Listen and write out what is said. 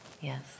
Yes